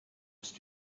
ist